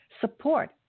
support